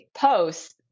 posts